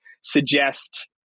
suggest